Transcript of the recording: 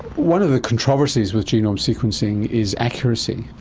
one of the controversies with genome sequencing is accuracy.